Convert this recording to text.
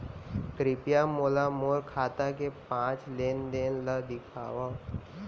कृपया मोला मोर खाता के पाँच लेन देन ला देखवाव